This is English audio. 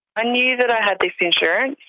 ah knew that i had this insurance.